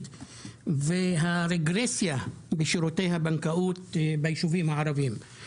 ולגבי הרגרסיה בשירותי הבנקאות בישובים הערביים.